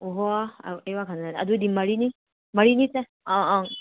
ꯑꯣꯍꯣ ꯑꯩ ꯋꯥꯈꯜꯗꯅ ꯑꯗꯨꯗꯤ ꯃꯔꯤꯅꯤ ꯃꯔꯤꯅꯤ ꯑꯥ ꯑꯪ